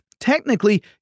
Technically